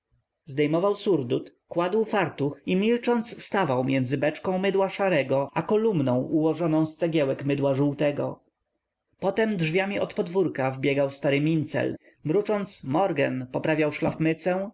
zdejmował surdut kładł fartuch i milcząc stawał między beczką mydła szarego a kolumną ułożoną z cegiełek mydła żółtego potem drzwiami od podwórka wbiegał stary mincel mrucząc morgen poprawiał